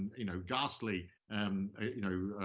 you know, ghastly, and you know,